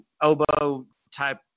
oboe-type